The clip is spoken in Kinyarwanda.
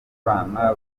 bana